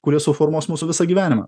kurie suformuos mūsų visą gyvenimą